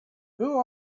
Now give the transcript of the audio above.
who